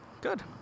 Good